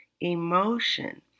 emotion